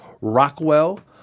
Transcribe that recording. Rockwell